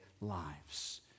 lives